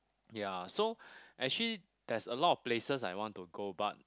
ya so actually there's a lot of places I want to go but